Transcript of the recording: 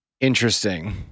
Interesting